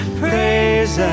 praise